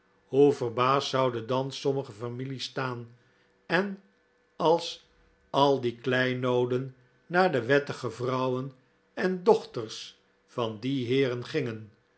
hoe verbaasd zouden dan sommige families staan en als al die kleinooden naar de wettige vrouwen en dochters van die heeren gingen